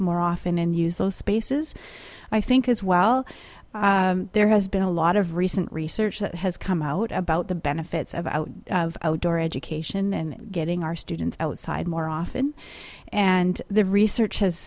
more often and use those spaces i think is well there has been a lot of recent research that has come out about the benefits of out of outdoor education and getting our students outside more often and the research has